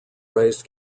raised